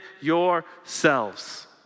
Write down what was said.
yourselves